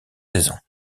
saison